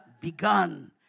begun